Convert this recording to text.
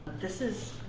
this is.